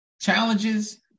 challenges